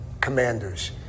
commanders